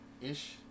ish